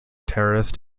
terrorist